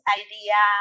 idea